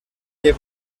que